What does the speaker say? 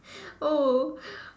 oh